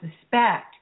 suspect